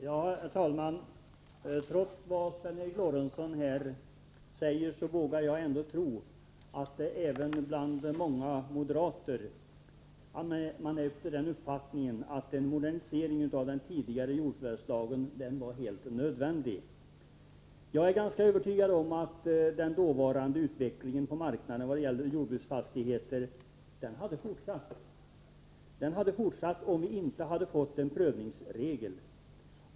Herr talman! Trots vad Sven Eric Lorentzon säger vågar jag ändå tro att även många moderater är av den uppfattningen att en modernisering av den tidigare gällande jordförvärvslagen var helt nödvändig. Jag är ganska övertygad om att den dåvarande utvecklingen på marknaden när det gäller jordbruksfastigheter hade fortsatt, om vi inte hade fått en prövningsregel.